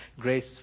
grace